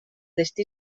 destí